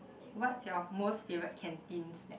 what's your most favourite canteen snack